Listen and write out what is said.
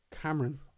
Cameron